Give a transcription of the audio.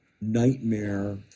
nightmare